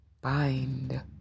bind